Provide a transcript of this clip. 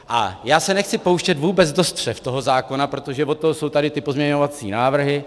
A já se nechci pouštět vůbec do střev toho zákona, protože od toho jsou tady ty pozměňovací návrhy.